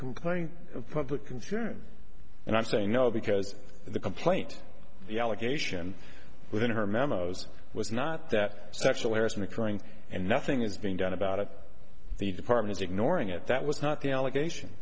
complaint of public concern and i'm saying no because the complaint the allegation within her memos was not that sexual harassment occurring and nothing is being done about it the department's ignoring it that was not the allegation